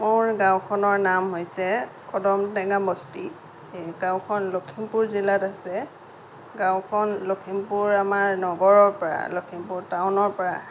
মোৰ গাঁওখনৰ নাম হৈছে কদম টেঙা বস্তি গাঁওখন লখিমপুৰ জিলাত আছে গাঁওখন লখিমপুৰ আমাৰ নগৰৰ পৰা লখিমপুৰ টাউনৰ পৰা